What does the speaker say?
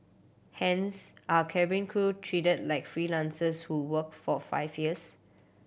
hence are cabin crew treated like freelancers who work for five years